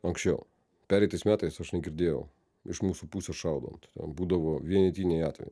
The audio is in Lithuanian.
anksčiau pereitais metais aš negirdėjau iš mūsų pusės šaudant būdavo vienetiniai atvejai